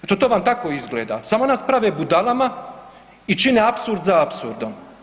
Eto to vam tako izgleda samo nas prve budalama i čine apsurd za apsurdom.